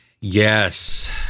Yes